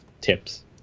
tips